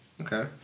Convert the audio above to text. Okay